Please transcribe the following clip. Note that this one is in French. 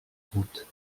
route